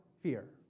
fear